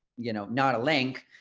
you know, not a link.